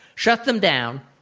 shut them down,